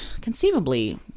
conceivably